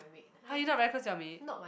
!huh! you not very close to your maid